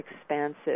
expansive